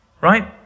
right